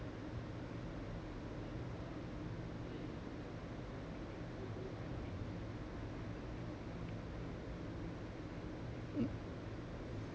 mm